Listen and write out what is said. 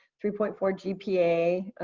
three point four gpa.